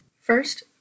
First